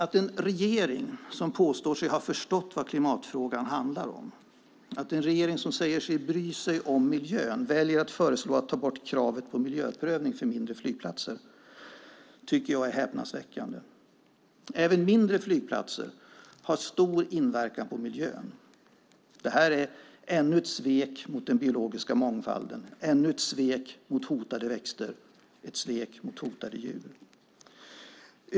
Att en regering som påstår sig ha förstått vad klimatfrågan handlar om och som säger sig bry sig om miljön väljer att föreslå att man ska ta bort kravet på miljöprövning för mindre flygplatser tycker jag är häpnadsväckande. Även mindre flygplatser har stor inverkan på miljön. Det här är ännu ett svek mot den biologiska mångfalden. Det är ännu ett svek mot hotade växter. Det är ett svek mot hotade djur.